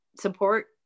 support